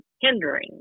hindering